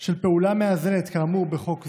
של פעולה מאזנת, כאמור בחוק זה,